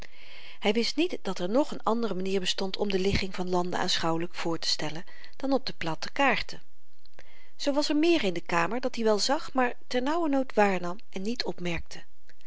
hy wist niet dat er nog n andere manier bestond om de ligging van landen aanschouwelyk voortestellen dan op de platte kaarten zoo was er meer in de kamer dat-i wel zag maar ter nauwernood waarnam en niet opmerkte